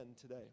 today